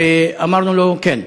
אמרנו לו: כן.